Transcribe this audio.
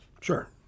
Sure